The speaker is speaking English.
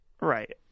Right